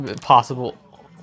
possible